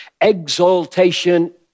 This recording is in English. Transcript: Exaltation